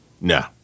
No